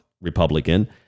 Republican